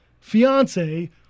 fiance